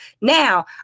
Now